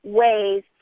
ways